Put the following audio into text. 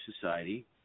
society